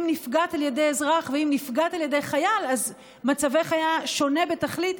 אם נפגעת על ידי אזרח ואם נפגעת על ידי חייל אז מצבך היה שונה בתכלית,